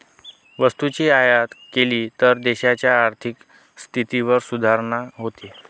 वस्तूची आयात केली तर देशाच्या आर्थिक स्थितीत सुधारणा होते